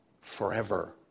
forever